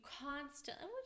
constantly